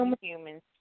humans